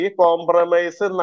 compromise